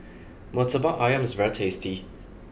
Murtabak Ayam is very tasty